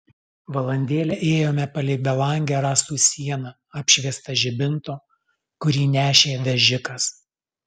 valandėlę ėjome palei belangę rąstų sieną apšviestą žibinto kurį nešė vežikas